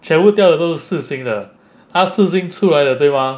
全部掉的都是四星的他四星出来的对吗